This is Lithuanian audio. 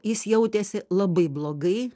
jis jautėsi labai blogai